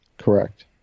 Correct